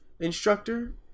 instructor